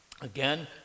again